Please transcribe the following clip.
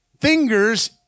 fingers